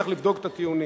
צריך לבדוק את הטיעונים.